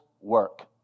work